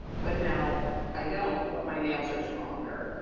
but now i don't, but my nails are stronger.